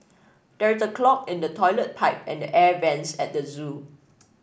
there is a clog in the toilet pipe and the air vents at the zoo